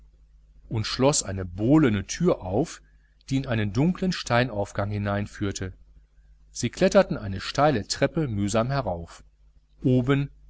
und schloß eine bohlene tür auf die in einen dunklen steinaufgang hineinführte sie kletterten eine steile treppe mühsam herauf oben